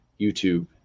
YouTube